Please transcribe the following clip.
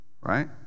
right